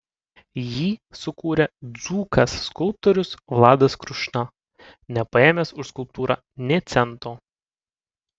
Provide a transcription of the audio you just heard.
jį sukūrė dzūkas skulptorius vladas krušna nepaėmęs už skulptūrą nė cento